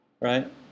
right